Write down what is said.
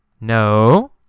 No